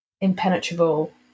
impenetrable